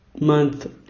month